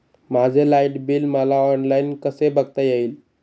माझे light bill मला online कसे बघता येईल?